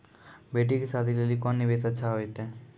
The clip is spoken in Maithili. बेटी के शादी लेली कोंन निवेश अच्छा होइतै?